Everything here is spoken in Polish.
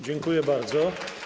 Dziękuję bardzo.